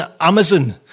Amazon